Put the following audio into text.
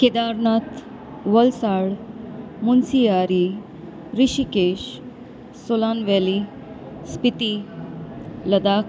Kedarnath Valsad Munsiyari Rishikesh Solan valley Spiti Ladakh